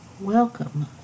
Welcome